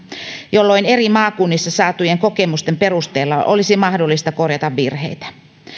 jolloin eri maakunnista saatujen kokemusten perusteella olisi mahdollista korjata virheitä